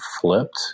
flipped